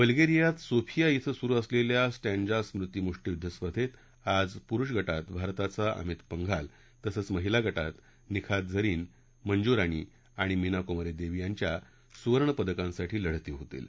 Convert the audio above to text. बल्गेरियात Sofia इथं सुरु असलेल्या स्ट्रँडजा स्मृती मुष्टीयुद्ध स्पर्धेत आज पुरुष गात भारताचा अमित पंघाल तसंच महिला गात निखात झरीन मंजू राणी आणि मीना कुमारी देवी यांच्या सुवर्णपदकासाठी लढती होतील